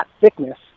thickness